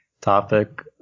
topic